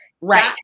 Right